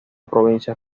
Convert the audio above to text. provincias